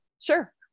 sure